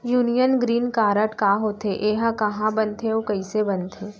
Union green card का होथे, एहा कहाँ बनथे अऊ कइसे बनथे?